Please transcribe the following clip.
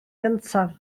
gyntaf